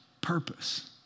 purpose